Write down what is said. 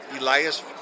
Elias